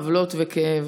עוולות וכאב